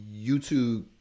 YouTube